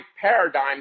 paradigm